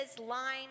line